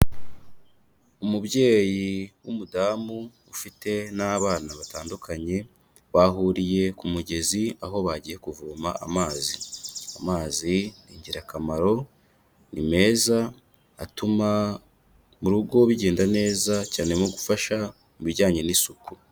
Umubyeyi w'umudamu ufite n'abana batandukanye, bahuriye ku mugezi aho bagiye kuvoma amazi. Amazi ni ingirakamaro, ni meza, atuma mu rugo bigenda neza, cyane nko gufasha mu bijyanye n'isuku.